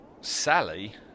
Sally